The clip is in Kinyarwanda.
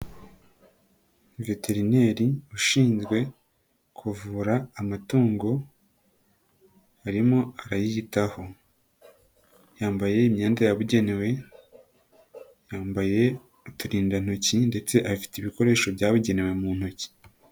Veterineri ushinzwe kuvura amatungo harimo arimo arayitaho, yambaye imyenda yabugenewe, yambaye uturindantoki ndetse afite ibikoresho byabugenewe mu ntoki.